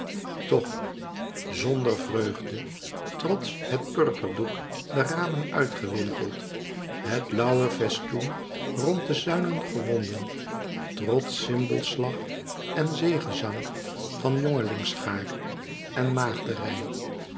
toch zonder vreugde trots het purperdoek de ramen uit gewimpeld het lauwerfestoen rond de zuilen gewonden trots cymbelslag en zegezang van jongelingschaar en